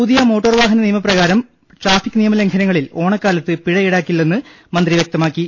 പുതിയ മോട്ടോർവാഹനനിയമ പ്രകാരം ട്രാഫിക് നിയമലംഘന ങ്ങളിൽ ഓണക്കാലത്ത് പിഴ ഈടാക്കില്ലെന്ന് മന്ത്രി വൃക്തമാക്കി